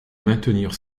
maintenir